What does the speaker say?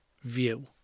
view